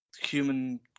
human